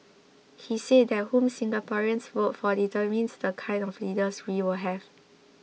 he said that whom Singaporeans vote for determines the kind of leaders we will have